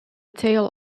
tale